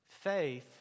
faith